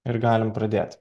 ir galim pradėt